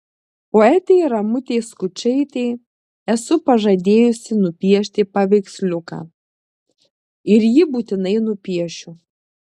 poetei ramutei skučaitei esu pažadėjusi nupiešti paveiksliuką ir jį būtinai nupiešiu